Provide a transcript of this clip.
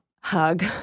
hug